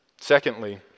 Secondly